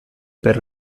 per